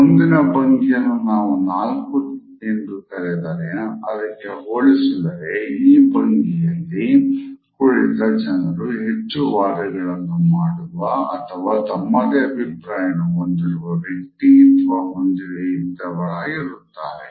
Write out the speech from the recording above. ಮುಂದಿನ ಭಂಗಿಯನ್ನು ನಾವು ೪ ಎಂದು ಕರೆದರೆ ಹಾಗು ಅದಕ್ಕೆ ಹೋಲಿಸಿದರೆ ಈ ಭಂಗಿಯಲ್ಲಿ ಕುಳಿತ ಜನರು ಹೆಚ್ಚು ವಾದ ಗಳನ್ನು ಮಾಡುವ ಅಥವಾ ತಮ್ಮದೇ ಅಭಿಪ್ರಾಯವನ್ನು ಹೊಂದಿರುವ ವ್ಯಕ್ತಿತ್ವ ಹೊಂದಿರುವವರರಾಗಿರುತ್ತಾರೆ